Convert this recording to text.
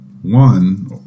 One